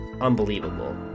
unbelievable